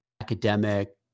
academic